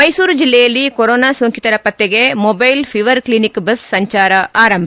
ಮ್ನೆಸೂರು ಜಿಲ್ಲೆಯಲ್ಲಿ ಕೊರೊನಾ ಸೋಂಕಿತರ ಪತ್ನೆಗೆ ಮೊಬ್ಬೆಲ್ ಫೀವರ್ ಕ್ಷಿನಿಕ್ ಬಸ್ ಸಂಚಾರ ಆರಂಭ